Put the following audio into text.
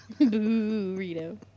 Burrito